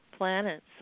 Planets